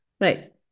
Right